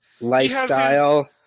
lifestyle